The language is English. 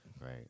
right